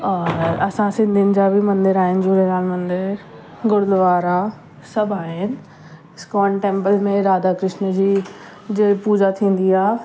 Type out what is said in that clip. और असां सिंधियुनि जा बि मंदर आहिनि झूलेलाल मंदरु गुरुद्वारा सभु आहिनि इस्कॉन टेंपल में राधा कृष्न जी ज पूॼा थींदी आहे